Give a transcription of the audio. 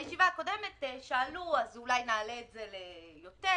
בישיבה הקודמת שאלו: אולי נעלה את זה ליותר?